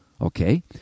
okay